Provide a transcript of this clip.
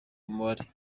umubare